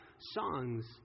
songs